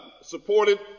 supported